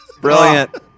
Brilliant